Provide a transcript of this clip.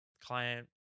client